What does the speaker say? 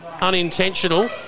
Unintentional